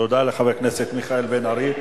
תודה לחבר הכנסת מיכאל בן-ארי.